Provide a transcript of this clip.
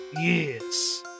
Yes